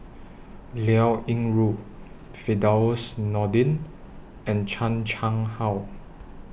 Liao Yingru Firdaus Nordin and Chan Chang How